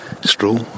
stroll